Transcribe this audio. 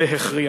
והכריע.